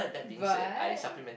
but